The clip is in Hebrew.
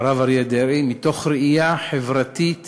אריה דרעי, מתוך ראייה חברתית